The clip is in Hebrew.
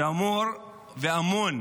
שאמור ואמון